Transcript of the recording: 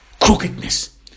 crookedness